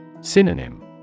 Synonym